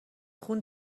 خون